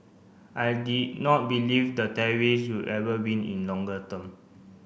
I did not believe the terrorists will ever win in longer term